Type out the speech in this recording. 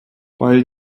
weil